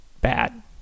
bad